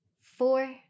four